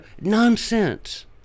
nonsense